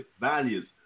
values